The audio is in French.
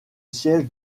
siège